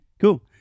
Cool